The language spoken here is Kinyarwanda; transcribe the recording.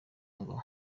ngo